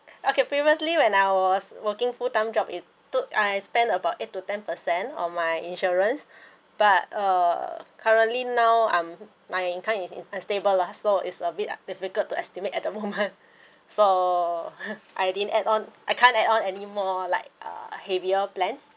okay previously when I was working full time job it took I spend about eight to ten percent on my insurance but uh currently now I'm my income is in unstable lah so is a bit difficult to estimate at the moment so I didn't add on I can't add on anymore like uh heavier plans